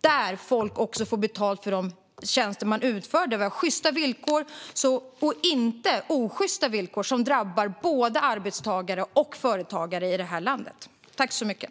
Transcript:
där folk också får betalt för de tjänster de utför. Vi ska ha sjysta villkor, inte osjysta villkor som drabbar både arbetstagare och företagare här i landet.